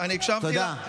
אני הקשבתי לך,